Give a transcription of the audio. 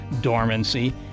dormancy